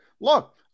look